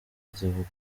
zivuga